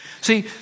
See